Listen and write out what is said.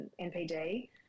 NPD